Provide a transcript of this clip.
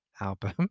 album